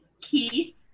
Keith